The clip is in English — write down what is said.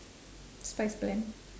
spice blend